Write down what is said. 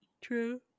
True